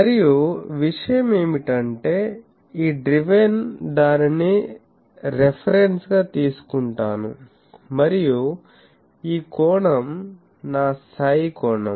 మరియు విషయం ఏమిటంటే ఈ డ్రివెన్ దానిని రిఫరెన్స్ గా తీసుకుంటాను మరియు ఈ కోణం నా సై కోణం